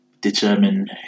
determine